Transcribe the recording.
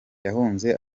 yahunze